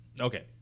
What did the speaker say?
Okay